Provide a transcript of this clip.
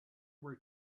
were